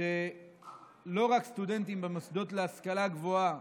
שלא רק סטודנטים במוסדות להשכלה הגבוהה